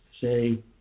say